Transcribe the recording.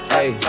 Hey